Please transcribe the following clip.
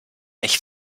ich